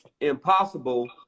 impossible